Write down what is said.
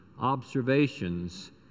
observations